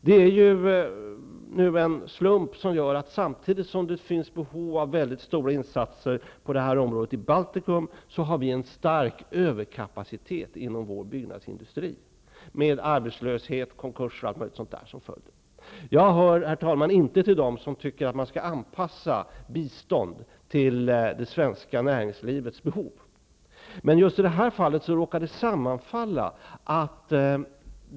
Det är en slump att samtidigt som det finns behov av mycket stora insatser på det här området i Baltikum har vi en stark överkapacitet inom vår byggnadsindustri, med arbetslöshet, konkurser m.m. som följd. Jag hör, herr talman, inte till dem som tycker att man skall anpassa bistånd till det svenska näringslivets behov. Men i just det här fallet råkar det sammanfalla.